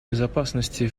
безопасности